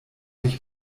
ich